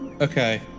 Okay